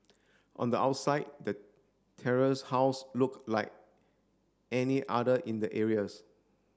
on the outside the terrace house look like any other in the areas